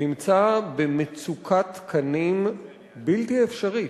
נמצא במצוקת תקנים בלתי אפשרית.